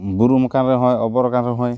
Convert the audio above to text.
ᱵᱩᱨᱩᱢ ᱠᱟᱱ ᱨᱮᱦᱚᱸᱭ ᱚᱵᱚᱨ ᱠᱟᱱ ᱨᱮᱦᱚᱸᱭ